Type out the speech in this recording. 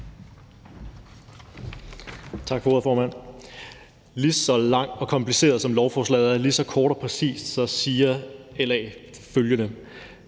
Tak for ordet, formand. Lige så langt og kompliceret, som lovforslaget er, lige så kort og præcist siger LA følgende: